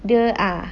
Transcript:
dia ah